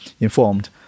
informed